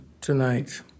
tonight